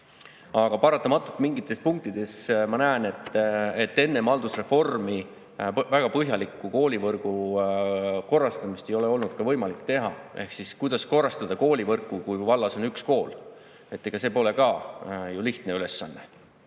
Aga paratamatult mingites punktides ma näen, et enne haldusreformi väga põhjalikku koolivõrgu korrastamist ei ole olnud võimalik teha. Kuidas korrastada koolivõrku, kui vallas on üks kool? Ega see ei ole lihtne ülesanne.